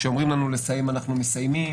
כשאומרים לנו לסיים אנחנו מסיימים,